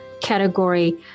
category